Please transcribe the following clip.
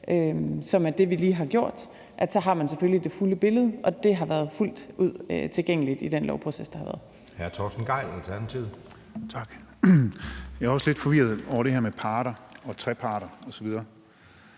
som er det, vi lige har gjort, har man selvfølgelig det fulde billede. Og det har været fuldt ud tilgængeligt i den lovproces, der har været.